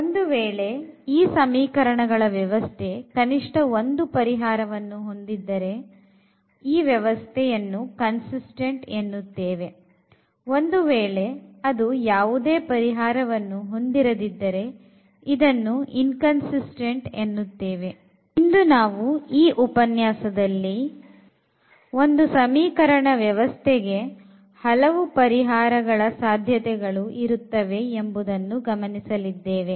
ಒಂದು ವೇಳೆ ಈ ಸಮೀಕರಣಗಳ ವ್ಯವಸ್ಥೆ ಕನಿಷ್ಠ ಒಂದು ಪರಿಹಾರವನ್ನು ಹೊಂದಿದ್ದರೆ ವ್ಯವಸ್ಥೆಯನ್ನು ಕನ್ಸಿಸ್ತೆಂಟ್ ಎನ್ನುತ್ತೇವೆ ಒಂದು ವೇಳೆ ಅದು ಯಾವುದೇ ಪರಿಹಾರವನ್ನು ಹೊಂದಿರದಿದ್ದರೆ ಅದನ್ನು ಇನ್ ಕನ್ಸಿಸ್ತೆಂಟ್ ಎನ್ನುತ್ತೇವೆ ಇಂದು ನಾವು ಉಪನ್ಯಾಸ ದಲ್ಲಿ ಒಂದು ಸಮೀಕರಣಕ್ಕೆ ಹಲವು ಪರಿಹಾರಗಳ ಸಾಧ್ಯತೆಗಳು ಇರುತ್ತವೆ ಎಂಬುದನ್ನು ಗಮನಿಸಲಿದ್ದೇವೆ